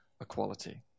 equality